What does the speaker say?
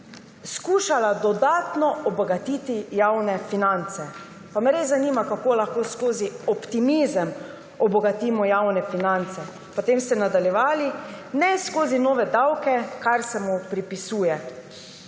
skušala dodatno obogatiti javne finance. Pa me res zanima, kako lahko skozi optimizem obogatimo javne finance. Potem ste nadaljevali, ne skozi nove davke, kar se mu pripisuje,